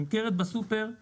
בסופר היא